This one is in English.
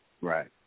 Right